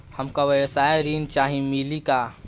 हमका व्यवसाय ऋण चाही मिली का?